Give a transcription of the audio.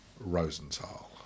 Rosenthal